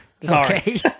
Sorry